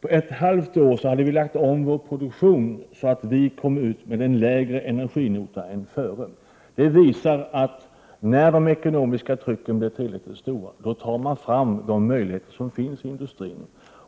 På ett halvt år hade vi lagt om vår produktion, så att vi kom ut med en lägre energinota än förut. Det visar att när det ekonomiska trycket blir tillräckligt stort, då tar man inom industrin fram de möjligheter som finns.